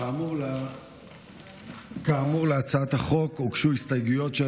כאמור להצעת החוק הוגשו הסתייגויות של